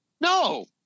no